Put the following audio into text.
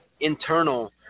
internal